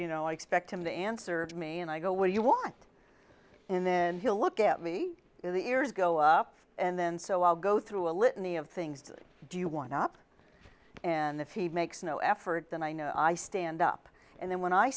you know i expect him to answer me and i go what do you want and then he'll look at me the ears go up and then so i'll go through a litany of things to do you one up and the feed makes no effort then i know i stand up and then when i